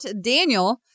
Daniel